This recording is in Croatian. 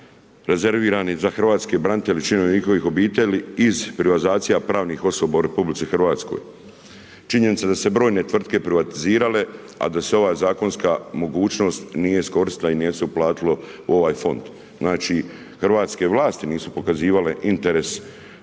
rezervirani za hrvatske branitelje i članove njihove obitelji iz privatizacija pravnih osoba u RH. Činjenica da su se brojne tvrtke privatizirale, a da se ova zakonska mogućnost nije iskoristila i nije se uplatilo u ovaj fond. Znači hrvatske vlasti nisu pokazivale interes